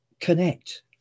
connect